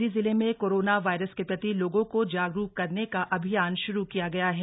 टिहरी जिले में corona virus के प्रति लोगों को जागरूक करने का अभियान शुरू किया गया है